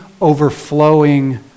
overflowing